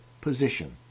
position